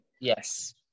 Yes